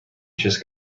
just